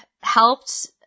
helped